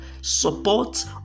support